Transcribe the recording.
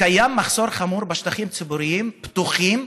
קיים מחסור חמור בשטחים ציבוריים פתוחים,